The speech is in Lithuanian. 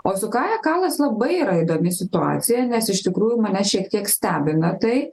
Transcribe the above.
o su kaja kalas labai yra įdomi situacija nes iš tikrųjų mane šiek tiek stebina tai